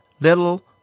Little